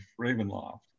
Ravenloft